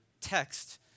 text